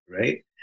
right